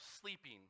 sleeping